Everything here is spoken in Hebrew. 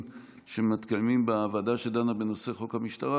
שמתקיימים בוועדה שדנה בנושא חוק המשטרה,